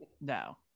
no